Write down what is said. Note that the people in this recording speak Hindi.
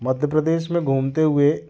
मध्य प्रदेश में घूमते हुए